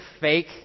fake